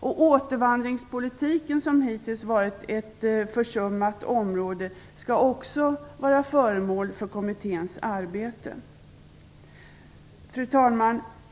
Också återvandringspolitiken, som hittills har varit ett försummat område, skall vara föremål för kommitténs arbete. Fru talman!